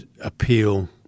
appeal